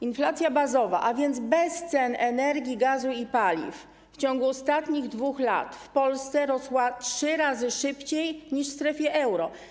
Inflacja bazowa, a więc bez cen energii, gazu i paliw, w ciągu ostatnich 2 lat w Polsce rosła trzy razy szybciej niż w strefie euro.